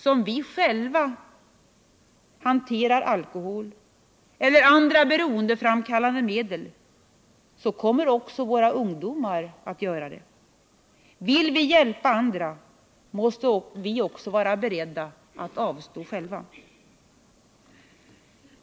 Som vi själva hanterar alkohol eller andra beroendeframkallande medel, så kommer också våra ungdomar att göra det. Vill vi hjälpa andra, måste vi också vara beredda att avstå själva.